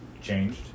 changed